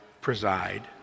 preside